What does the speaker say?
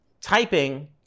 typing